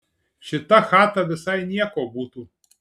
šita chata visai nieko būtų